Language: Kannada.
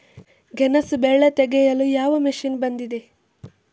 ಗೆಣಸು ಬೆಳೆ ತೆಗೆಯಲು ಯಾವ ಮಷೀನ್ ಬಂದಿದೆ?